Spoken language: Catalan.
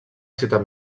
ciutat